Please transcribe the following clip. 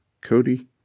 Cody